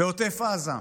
בעוטף עזה,